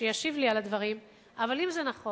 שישיב לי על הדברים, אבל אם זה נכון